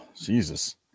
Jesus